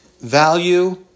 value